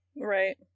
Right